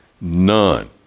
none